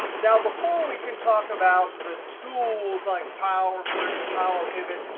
now, before we can talk about the tools like power query and power pivot,